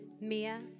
Mia